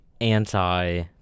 anti